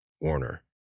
Warner